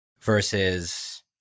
versus